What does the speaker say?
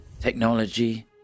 technology